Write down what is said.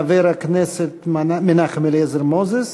חבר הכנסת מנחם אליעזר מוזס,